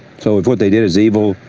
so if what they did was evil,